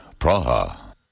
Praha